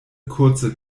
kurze